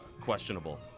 Questionable